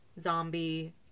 zombie